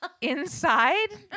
inside